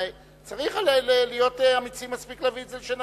צריך להיות אמיצים מספיק להביא את זה לשנה,